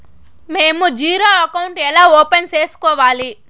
మేము zero account ఎలా open సేసుకోవాలి